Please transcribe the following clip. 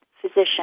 physician